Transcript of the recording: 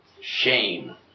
Shame